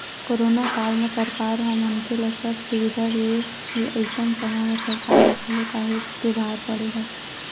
corona काल म सरकार ह मनखे ल सब सुबिधा देय हे अइसन समे म सरकार ल घलो काहेच के भार पड़े हवय